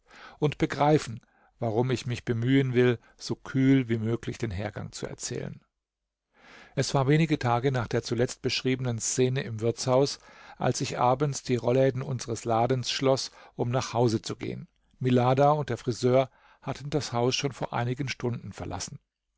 und begreifen warum ich mich bemühen will so kühl wie möglich den hergang zu erzählen es war wenige tage nach der zuletzt beschriebenen szene im wirtshaus als ich abends die rolläden unseres ladens schloß um nach hause zu gehen milada und der friseur hatten das haus schon vor einigen stunden verlassen